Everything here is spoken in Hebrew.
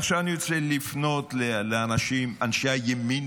עכשיו אני רוצה לפנות לאנשים, אנשי הימין